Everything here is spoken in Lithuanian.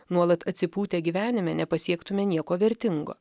nuolat atsipūtę gyvenime nepasiektume nieko vertingo